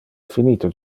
finite